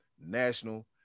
national